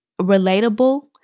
relatable